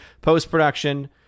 post-production